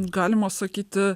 galima sakyti